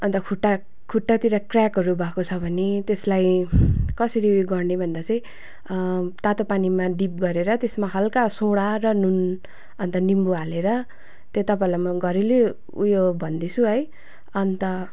अन्त खुट्टा खुट्टातिर क्र्याकहरू भएको छ भने त्यसलाई कसरी उयो गर्ने भनेर चाहिँ तातो पानीमा डिप गरेर त्यसमा हल्का सोडा र नुन अन्त निम्बु हालेर त्यो तपाईँहरूलाई म घरेलु उयो भन्दैछु है अन्त